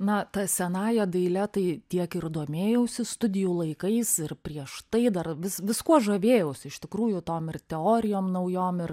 na ta senąja daile tai tiek ir domėjausi studijų laikais ir prieš tai dar vis viskuo žavėjausi iš tikrųjų tom ir teorijom naujom ir